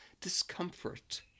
discomfort